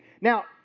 Now